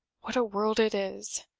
what a world it is!